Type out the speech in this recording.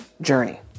journey